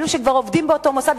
אלה שכבר עובדים באותו מוסד,